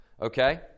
Okay